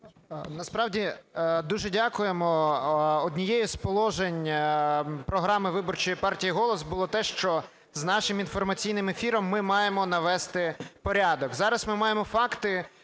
Насправді дуже дякуємо. Одним з положень програми виборчої партії "Голос" було те, що з нашим інформаційним ефіром ми маємо навести порядок. Зараз ми маємо факти,